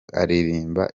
araririmba